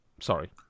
Sorry